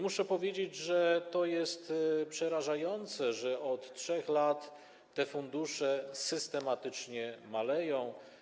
Muszę powiedzieć, że to jest przerażające, że od 3 lat te fundusze systematycznie maleją.